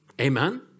Amen